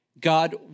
God